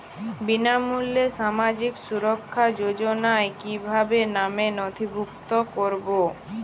বিনামূল্যে সামাজিক সুরক্ষা যোজনায় কিভাবে নামে নথিভুক্ত করবো?